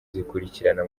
zikurikirana